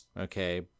Okay